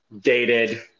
dated